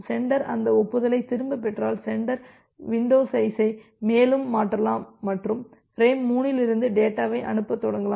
centre அந்த ஒப்புதலைத் திரும்பப் பெற்றால் சென்டர் வின்டோ சைஸை மேலும் மாற்றலாம் மற்றும் பிரேம் 3 லிருந்து டேட்டாவை அனுப்பத் தொடங்கலாம்